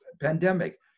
pandemic